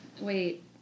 Wait